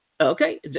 Okay